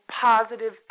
positive